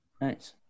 nice